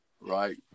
right